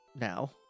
now